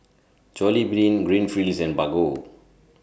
Jollibean Greenfields and Bargo